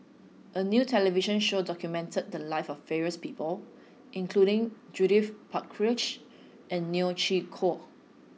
a new television show documented the lives of various people including Judith Prakash and Neo Chwee Kok